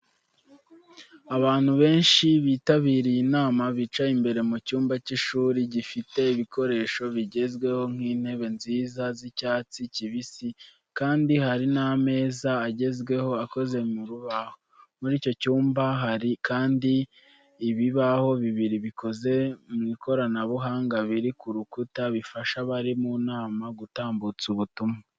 Abantu benshi bitabiriye inama, bicaye imbere mu cyumba cy’ishuri gifite ibikoresho bigezweho nk'intebe nziza z'icyatsi kibisi kandi hari ameza agezweho akoze mu rubaho. Muri icyo cyumba kandi ibibaho bibiri bikoze mu ikoranabuhanga biri ku rukuta bifasha abari mu nama gutambutsa ubutumwa.